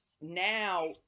now